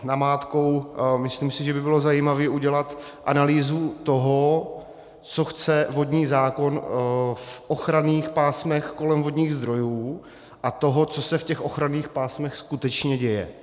Namátkou, myslím si, že by bylo zajímavé udělat analýzu toho, co chce vodní zákon v ochranných pásmech kolem vodních zdrojů, a toho, co se v těch ochranných pásmech skutečně děje.